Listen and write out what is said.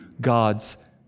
God's